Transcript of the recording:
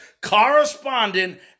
correspondent